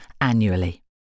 annually